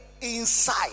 inside